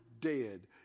dead